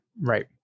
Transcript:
Right